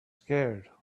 scared